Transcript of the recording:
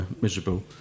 Miserable